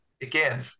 again